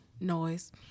noise